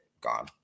gone